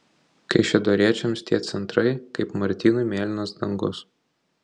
kaišiadoriečiams tie centrai kaip martynui mėlynas dangus